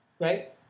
Right